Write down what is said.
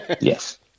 Yes